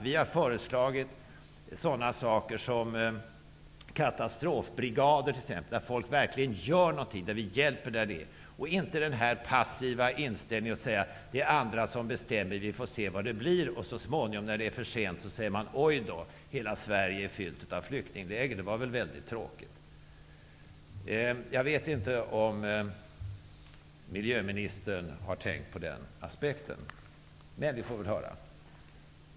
Vi har föreslagit t.ex. katastrofbrigader, där man verkligen gör något och hjälper, i stället för att passivt säga att det är andra som bestämmer och att vi får se vad det blir. Och så småningom när det är för sent säger man: Oj då, hela Sverige är fyllt med flyktingläger. Det var väldigt tråkigt. Jag vet inte om mijöministern har tänkt på den aspekten, men vi får väl höra det.